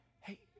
hey